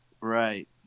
Right